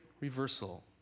reversal